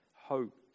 hope